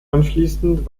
anschließend